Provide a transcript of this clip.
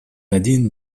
один